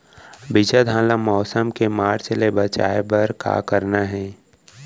बिजहा धान ला मौसम के मार्च ले बचाए बर का करना है?